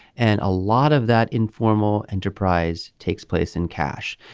and a lot of that informal enterprise takes place in cash.